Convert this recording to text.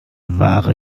wahre